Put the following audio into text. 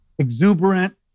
Exuberant